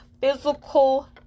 physical